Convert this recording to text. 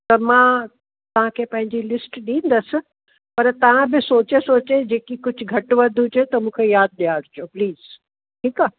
त मां तव्हां खे पंहिंजी लिस्ट ॾींदसि पर तव्हां बि सोचे सोचे जे की कुझु घटि वधि हुजे त मूंखे यादि ॾियारिजो प्लीज़ ठीकु आहे